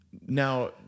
Now